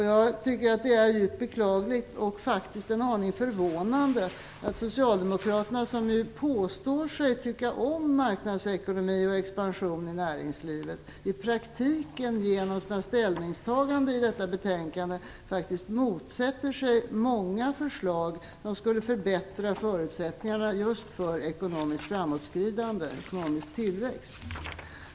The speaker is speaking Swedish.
Jag tycker att det är djupt beklagligt och faktiskt en aning förvånande att socialdemokraterna som påstår sig tycka om marknadsekonomi och expansion i näringslivet i praktiken genom sina ställningstaganden i detta betänkande faktiskt motsätter sig många förslag som skulle förbättra förutsättningarna för just ekonomiskt framåtskridande, ekonomisk tillväxt.